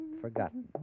forgotten